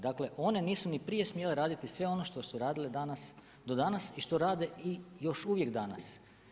Dakle one nisu ni prije smjele raditi sve ono što su radile do danas i što rade još uvijek danas.